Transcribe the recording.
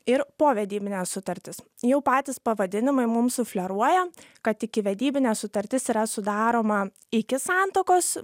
ir povedybinė sutartis jau patys pavadinimai mum sufleruoja kad ikivedybinė sutartis yra sudaroma iki santuokos